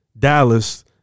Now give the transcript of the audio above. Dallas